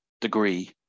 degree